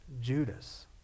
Judas